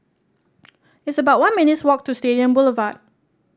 it's about one minutes' walk to Stadium Boulevard